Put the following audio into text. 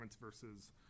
versus